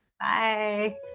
Bye